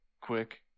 quick